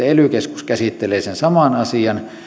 ely sitten käsittelee sen saman asian